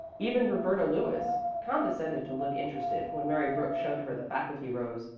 even roberta lewis condescended to look interested when mary brooks showed her the faculty rows,